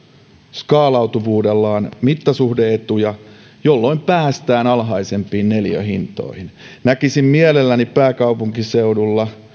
skaalautuvuudellaan mittasuhde etuja jolloin päästään alhaisempiin neliöhintoihin näkisin mielelläni pääkaupunkiseudulla